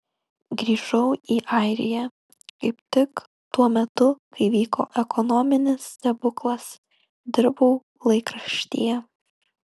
grįžau į airiją kaip tik tuo metu kai vyko ekonominis stebuklas dirbau laikraštyje